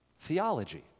theology